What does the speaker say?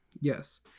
Yes